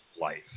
life